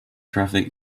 traffic